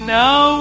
now